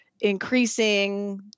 increasing